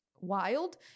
wild